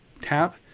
tap